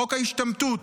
חוק ההשתמטות.